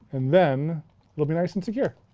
and then it'll be nice and secure.